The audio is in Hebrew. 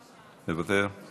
מוותר,